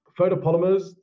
Photopolymers